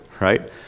right